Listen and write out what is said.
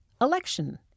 election